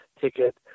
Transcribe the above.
ticket